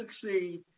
succeed